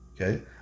Okay